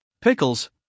pickles